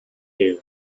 here